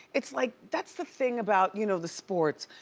it's like, that's the thing about, you know, the sports.